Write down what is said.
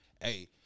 Hey